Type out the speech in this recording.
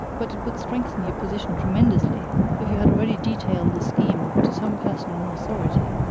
but it would strengthen your position tremendously if you had already detailed the scheme to some person in authority.